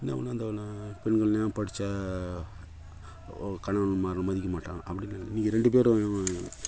என்ன ஒன்றுனா அந்த பெண்கள்லாம் படித்தா கணவன்மாரை மதிக்க மாட்டாங்க அப்படினு இன்னைக்கு நீங்கள் ரெண்டு பேரும்